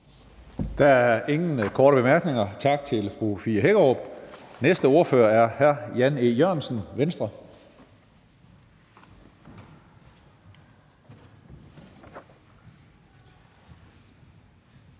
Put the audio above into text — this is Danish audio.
Der er ingen korte bemærkninger. Tak til fru Fie Hækkerup. Næste ordfører er hr. Jan E. Jørgensen, Venstre. Kl.